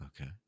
Okay